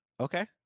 Okay